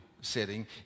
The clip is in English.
setting